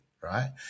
right